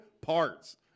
parts